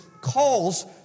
calls